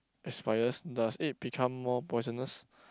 expires does it become more poisonous